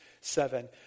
seven